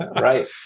Right